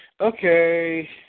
Okay